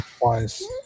twice